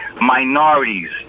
minorities